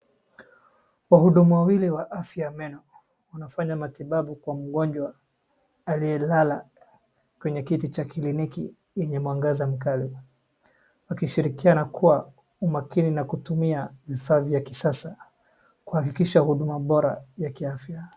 Wahudumu wawili wa afya ya meno wanafanya matibabu kwa mgojwa aliyelala kwenye kiti cha kliniki yenye mwangaza mkali, wakishirikiana kwa umakini na kutumia vifaa vya kisasa kuhakikisha huduma bora ya kiafya.